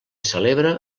celebra